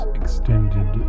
extended